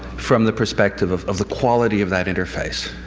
from the perspective of of the quality of that interface.